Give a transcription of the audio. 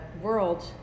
world